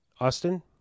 Austin